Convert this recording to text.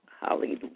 Hallelujah